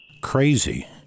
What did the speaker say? Crazy